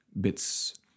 bits